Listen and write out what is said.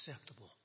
acceptable